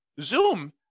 Zoom